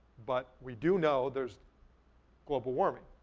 but we do know there's global warming,